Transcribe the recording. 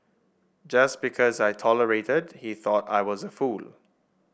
just because I tolerated he thought I was a fool